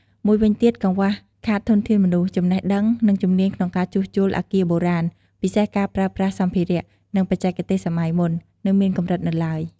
មួយវិញទៀត កង្វះខាតធនធានមនុស្ស ចំណេះដឹង និងជំនាញក្នុងការជួសជុលអគារបុរាណ ពិសេសការប្រើប្រាស់សម្ភារៈ និងបច្ចេកទេសសម័យមុន នៅមានកម្រិតនៅឡើយ។